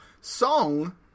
Song